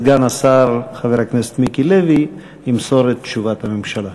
סגן השר חבר הכנסת מיקי לוי ימסור את תשובת הממשלה.